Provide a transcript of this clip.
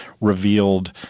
revealed –